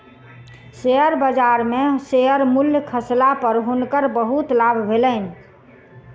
share बजार में share मूल्य खसला पर हुनकर बहुत लाभ भेलैन